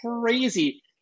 crazy